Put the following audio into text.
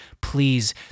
please